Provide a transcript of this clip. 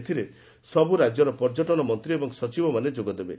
ଏଥିରେ ସବୁ ରାଜ୍ୟର ପର୍ଯ୍ୟଟନ ମନ୍ତୀ ଏବଂ ସଚିବମାନେ ଯୋଗଦେବେ